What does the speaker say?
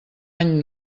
any